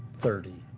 thirty.